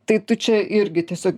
tai tu čia irgi tiesiog